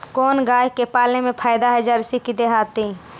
कोन गाय पाले मे फायदा है जरसी कि देहाती?